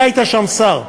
אתה היית שם שר,